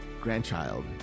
grandchild